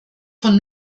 von